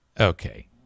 okay